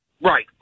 Right